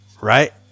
Right